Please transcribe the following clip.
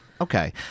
Okay